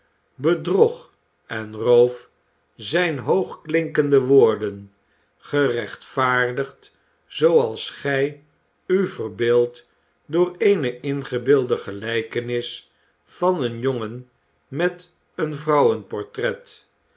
bedrog en roof zijn hoogklinkende woorden gerechtvaardigd zooals gij u verbeeldt door eene ingebeelde gelijkenis van een jongen met een vrouwenportret